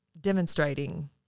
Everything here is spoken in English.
demonstrating